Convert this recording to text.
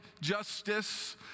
justice